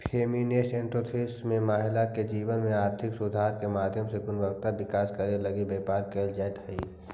feminist entrepreneurship में महिला के जीवन में आर्थिक सुधार के माध्यम से गुणात्मक विकास करे लगी व्यापार कईल जईत हई